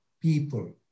people